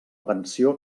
pensió